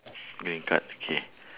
green card K